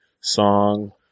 song